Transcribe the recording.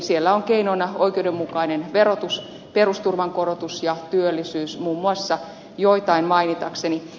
siellä on keinona oikeudenmukainen verotus perusturvan korotus ja työllisyys muun muassa joitain mainitakseni